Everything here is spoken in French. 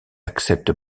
accepte